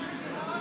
נתקבלה.